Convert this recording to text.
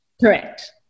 Correct